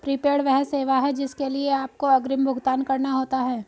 prepaid वह सेवा है जिसके लिए आपको अग्रिम भुगतान करना होता है